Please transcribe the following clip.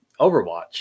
Overwatch